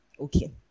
Okay